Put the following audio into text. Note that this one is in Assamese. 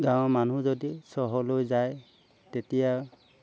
গাঁৱৰ মানুহ যদি চহৰলৈ যায় তেতিয়া